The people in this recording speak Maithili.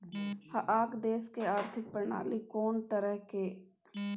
अहाँक देश मे आर्थिक प्रणाली कोन तरहक यै?